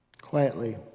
quietly